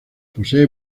posee